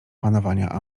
panowania